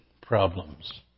problems